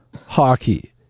hockey